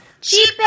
Cheap